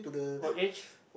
old age